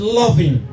loving